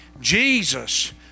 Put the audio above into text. Jesus